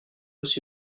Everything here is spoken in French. aussi